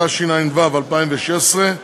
התשע"ו 2016,